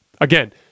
again